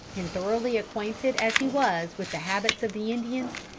and thoroughly acquainted as he was with the habits of the indians,